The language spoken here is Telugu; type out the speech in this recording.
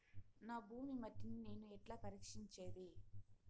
నా భూమి మట్టిని నేను ఎట్లా పరీక్షించేది?